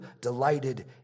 delighted